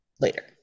Later